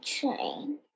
train